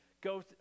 go